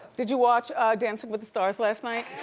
did you watch dancing with the stars last night?